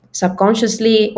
subconsciously